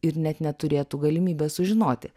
ir net neturėtų galimybės sužinoti